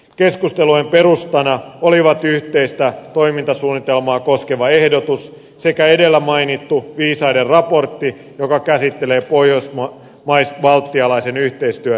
keskustelujen perustana olivat yhteistä toimintasuunnitelmaa koskeva ehdotus sekä edellä mainittu viisaiden raportti joka käsittelee pohjoismais balttilaisen yhteistyön vahvistamista